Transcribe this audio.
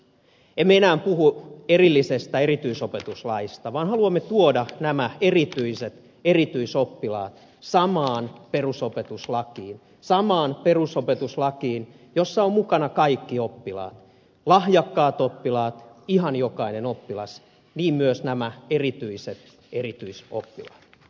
emme enää puhu erillisestä erityisopetuslaista vaan haluamme tuoda nämä erityiset erityisoppilaat samaan perusopetuslakiin samaan perusopetuslakiin jossa ovat mukana kaikki oppilaat lahjakkaat oppilaat ihan jokainen oppilas niin myös nämä erityiset erityisoppilaat